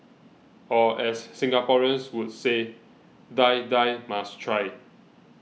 or as Singaporeans would say Die Die must try